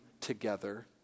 together